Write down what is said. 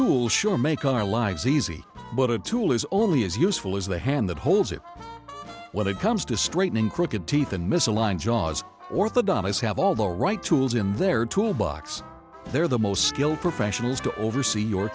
cool sure make our lives easy but a tool is only as useful as the hand that holds it when it comes to straightening crooked teeth and misaligned jaws orthodoxies have all the right tools in their tool box they're the most skilled professionals to oversee